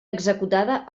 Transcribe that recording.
executada